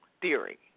theory